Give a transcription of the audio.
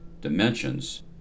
dimensions